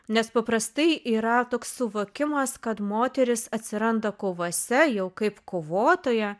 nes paprastai yra toks suvokimas kad moteris atsiranda kovose jau kaip kovotoja